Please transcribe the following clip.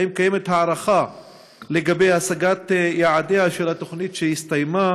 3. האם יש הערכה לגבי השגת יעדיה של התוכנית שהסתיימה?